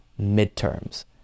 midterms